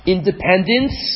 Independence